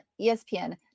ESPN